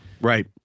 right